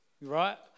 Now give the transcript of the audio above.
right